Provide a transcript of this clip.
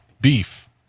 beef